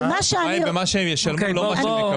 הבעיה היא במה שהם ישלמו, לא מה שהם יקבלו.